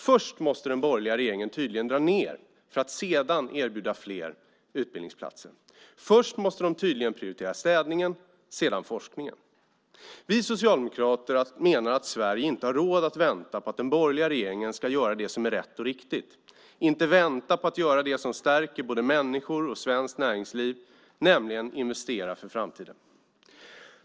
Först måste den borgerliga regeringen tydligen dra ned för att sedan erbjuda fler utbildningsplatser. Först måste de tydligen prioritera städningen, sedan forskningen. Vi socialdemokrater menar att Sverige inte har råd att vänta på att den borgerliga regeringen ska göra det som är rätt och riktigt. Vi har inte råd att vänta på att man ska göra det som stärker både människor och svenskt näringsliv, nämligen investera för framtiden.